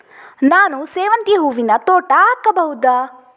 ನಾನು ಸೇವಂತಿ ಹೂವಿನ ತೋಟ ಹಾಕಬಹುದಾ?